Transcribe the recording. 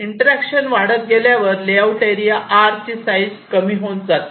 interaction वाढत गेल्यावर layout area R ची साईज कमी कमी होत जाते